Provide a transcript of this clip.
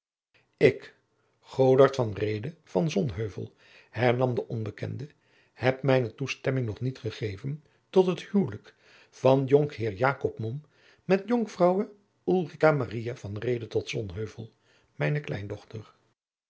sonheuvel hernam de onbekende heb mijne toestemming nog niet gegeven tot het huwelijk van jonkheer jacob mom met jonkvrouwe ulrica maria van reede tot sonheuvel mijne kleindochter